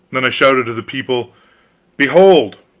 then i shouted to the people behold,